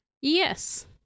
Yes